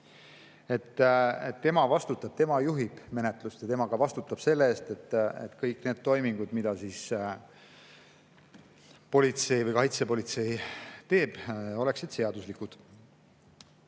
Tema vastutab, tema juhib menetlust ja tema ka vastutab selle eest, et kõik need toimingud, mida politsei või kaitsepolitsei teeb, oleksid seaduslikud.